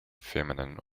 feminine